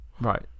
Right